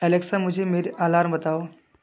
Alexa मुझे मेरे alarm बताओ